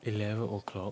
eleven o'clock